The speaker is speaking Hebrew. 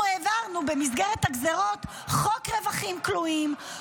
אנחנו העברנו, במסגרת הגזרות, חוק רווחים כלואים.